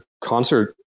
concert